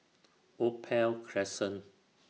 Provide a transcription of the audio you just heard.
Opal Crescent